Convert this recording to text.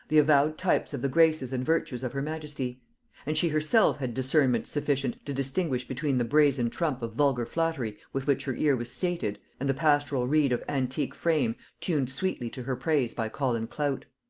the avowed types of the graces and virtues of her majesty and she herself had discernment sufficient to distinguish between the brazen trump of vulgar flattery with which her ear was sated, and the pastoral reed of antique frame tuned sweetly to her praise by colin clout.